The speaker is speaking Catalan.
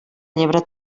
llebre